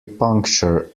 puncture